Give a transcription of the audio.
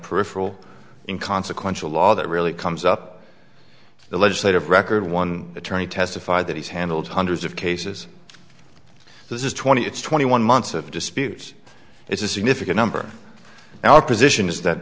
peripheral in consequential law that really comes up the legislative record one attorney testified that he's handled hundreds of cases this is twenty it's twenty one months of dispute it's a significant number and our position is that